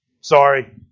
Sorry